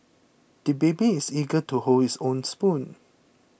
the baby is eager to hold his own spoon